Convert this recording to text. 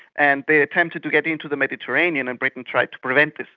and they attempted to get into the mediterranean and britain tried to prevent this.